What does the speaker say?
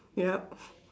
yup